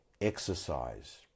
exercise